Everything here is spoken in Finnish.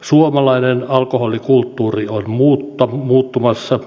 suomalainen alkoholikulttuuri on muuttumassa